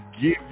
give